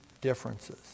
differences